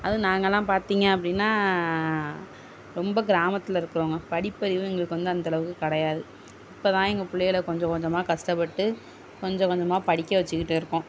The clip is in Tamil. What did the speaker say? அதுவும் நாங்களெலாம் பார்த்திங்க அப்படின்னா ரொம்ப கிராமத்தில் இருக்கிறவங்க படிப்பறிவும் எங்களுக்கு வந்து அந்தளவுக்கு கிடையாது இப்போதான் எங்கள் பிள்ளையள கொஞ்சம் கொஞ்சமாக கஷ்டப்பட்டு கொஞ்சம் கொஞ்சமாக படிக்க வச்சுகிட்டு இருக்கோம்